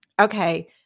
okay